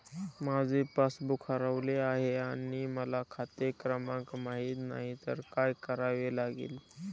माझे पासबूक हरवले आहे आणि मला खाते क्रमांक माहित नाही तर काय करावे लागेल?